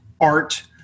art